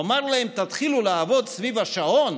לומר להם "תתחילו לעבוד סביב השעון"?